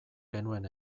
genuen